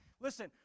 Listen